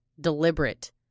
deliberate